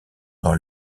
dans